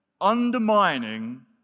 undermining